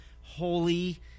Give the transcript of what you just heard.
holy